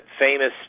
famous